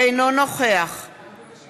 אינו נוכח את השארת אותי,